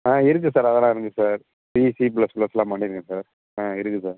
ஆ இருக்குது சார அதெல்லாம் இருக்குது சார் சி சி ப்ளஸ் ப்ளஸ்லாம் பண்ணியிருக்கேன் சார் ஆ இருக்குது சார்